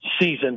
season